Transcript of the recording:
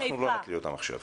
אנחנו לא נקריא אותן עכשיו.